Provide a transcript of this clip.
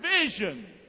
vision